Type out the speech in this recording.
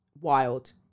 Wild